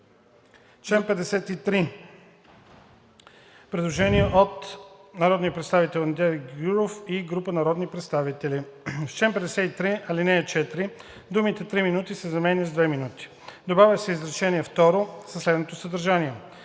53 има предложение от народния представител Андрей Гюров и група народни представители: „В чл. 53, ал. 4 думите „3 минути“ се заменят с „2 минути“. Добавя се изречение второ със следното съдържание: